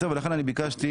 לכן ביקשתי